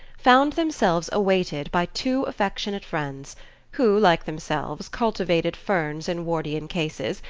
found themselves awaited by two affectionate friends who, like themselves, cultivated ferns in wardian cases,